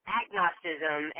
agnosticism